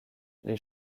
les